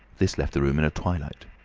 this left the room in a twilight.